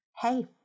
hey